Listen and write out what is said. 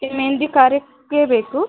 ಈ ಮೆಹಂದಿ ಕಾರ್ಯಕ್ಕೆ ಬೇಕು